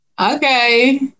okay